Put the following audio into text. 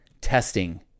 testing